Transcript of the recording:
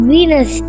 Venus